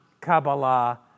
Kabbalah